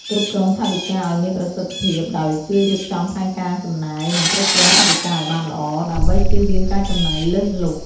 គ្រប់គ្រងថវិកាឲ្យមានប្រសិទ្ធភាពដោយ ជួយរៀបចំផែនការចំណាយ និងគ្រប់គ្រងថវិកាឲ្យបានល្អ ដើម្បីចៀសវាងការចំណាយលើសលុប។